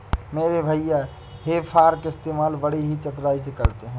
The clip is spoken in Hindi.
मेरे भैया हे फार्क इस्तेमाल बड़ी ही चतुराई से करते हैं